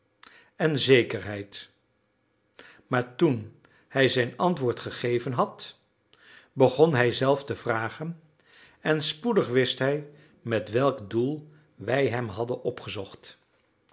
en zekerheid maar toen hij zijn antwoord gegeven had begon hij zelf te vragen en spoedig wist hij met welk doel wij hem hadden opgezocht